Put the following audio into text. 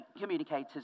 communicators